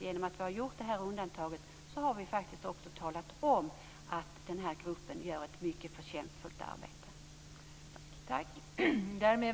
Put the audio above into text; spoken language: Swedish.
Genom att vi har gjort detta undantag har vi också talat om att den här gruppen gör ett mycket förtjänstfullt arbete.